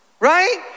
Right